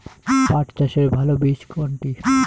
পাঠ চাষের ভালো বীজ?